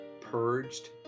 purged